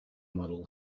model